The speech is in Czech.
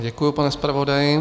Děkuji, pane zpravodaji.